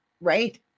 right